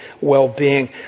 well-being